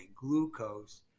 glucose